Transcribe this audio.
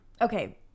Okay